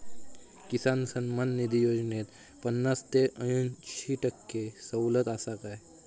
किसान सन्मान निधी योजनेत पन्नास ते अंयशी टक्के सवलत आसा काय?